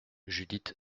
judith